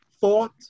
thought